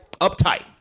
uptight